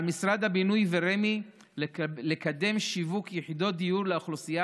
על משרד הבינוי ורמ"י לקדם שיווק יחידות דיור לאוכלוסייה